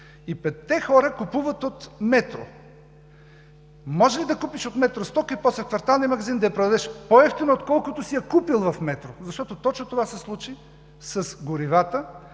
И петте хора купуват от „Метро“. Може ли да купиш от „Метро“ стока и после в кварталния магазин да я продадеш по-евтино, отколкото си я купил в „Метро“? Защото точно това се случи с горивата,